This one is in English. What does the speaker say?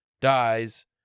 dies